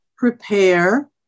Prepare